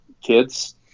kids